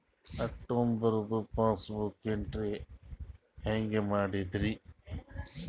ಅಕ್ಟೋಬರ್ದು passbook entry ಹೆಂಗ್ ಮಾಡದ್ರಿ?